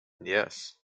yes